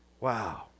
Wow